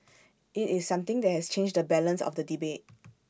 IT is something that has changed the balance of the debate